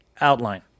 outline